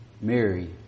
Mary